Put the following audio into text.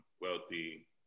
wealthy